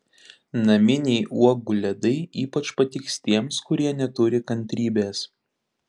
naminiai uogų ledai ypač patiks tiems kurie neturi kantrybės